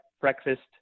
breakfast